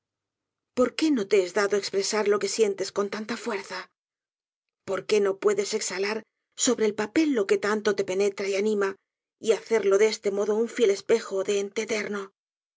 por qué no te es dado espresar lo que sientes con tanta fuerza por qué no puedes exhalar sobre el papel lo que tanto te penetra y anima y hacerlo de este modo un fiel espejo del